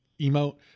emote